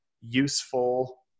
useful